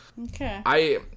Okay